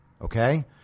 Okay